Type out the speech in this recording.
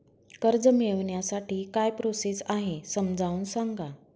कर्ज मिळविण्यासाठी काय प्रोसेस आहे समजावून सांगा